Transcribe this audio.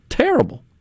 Terrible